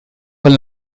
con